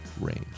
range